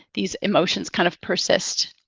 these emotions kind of persist.